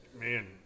Man